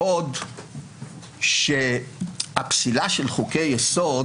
בעוד שהפסילה של חוקי-יסוד,